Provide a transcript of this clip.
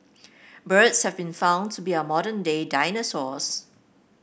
birds have been found to be our modern day dinosaurs